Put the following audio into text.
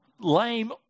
lame